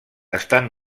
estan